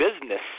business